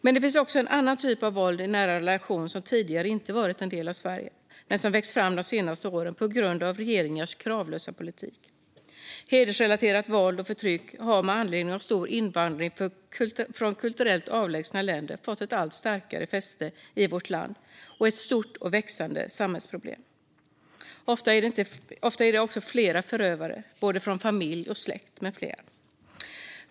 Men det finns också en annan typ av våld i nära relationer som tidigare inte varit en del av Sverige men som växt fram de senaste åren på grund av regeringars kravlösa politik. Hedersrelaterat våld och förtryck har med anledning av stor invandring från kulturellt avlägsna länder fått ett allt starkare fäste i vårt land och är ett stort och växande samhällsproblem. Ofta är det också flera förövare, från både familj och släkt med flera.